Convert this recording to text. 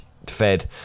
fed